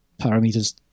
parameters